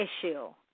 issue